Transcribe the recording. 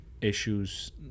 issues